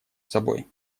собой